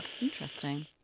Interesting